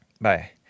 Bye